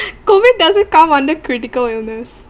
COVID doesn't count under critical illness